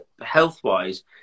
health-wise